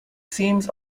seems